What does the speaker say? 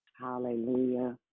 Hallelujah